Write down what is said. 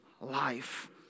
life